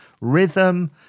rhythm